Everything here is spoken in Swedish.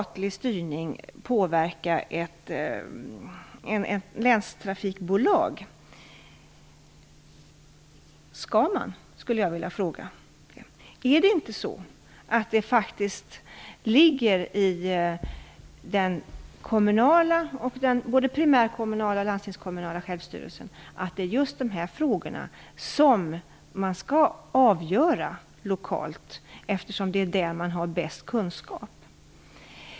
Ligger det inte i både den primärkommunala och den landstingskommunala självstyrelsen att just de här frågorna skall avgöras lokalt, eftersom det är lokalt som man har bäst kunskap?